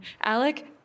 Alec